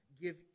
Give